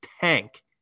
tank